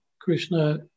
Krishna